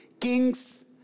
kings